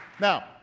Now